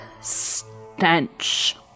stench